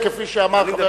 כפי שאמר חבר הכנסת,